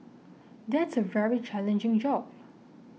that's a very challenging job